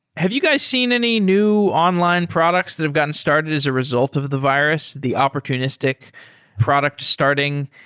have you guys seen any new online products that have gotten started as a result of the virus, the opportunistic product starting?